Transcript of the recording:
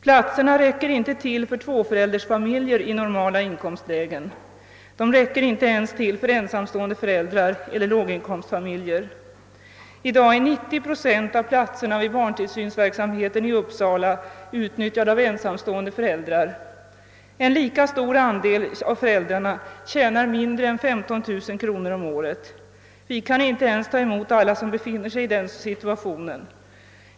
Platserna räcker inte till för tvåföräldersfamiljer i normala inkomstlägen; de räcker inte ens till för ensamstående föräldrar eller för låginkomstfamiljer. I dag är 90 procent av platserna i barntillsynsverksamheten i Uppsala utnyttjade av ensamstående föräldrar. En lika stor andel av föräldrarna tjänar mindre än 15 000 kronor om året. Vi kan inte ens ta emot alla dem som befinner sig i den situationen.